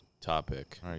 topic